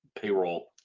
payroll